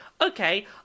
okay